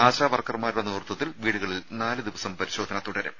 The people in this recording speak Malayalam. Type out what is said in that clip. ആശാവർക്കർമാരുടെ നേതൃത്വത്തിൽ വീടുകളിൽ നാലുദിവസം പരിശോധന തുടരും